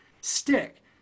stick